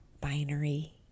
Binary